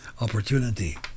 opportunity